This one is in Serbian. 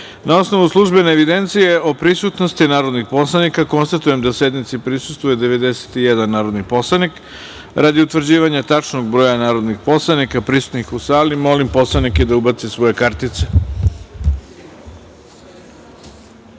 osnovu službene evidencije o prisutnosti narodnih poslanika, konstatujem da sednici prisustvuje 91 narodni poslanik. Radi utvrđivanja tačnog broja narodnih poslanika prisutnih u sali, molim poslanike da ubacite svoje kartice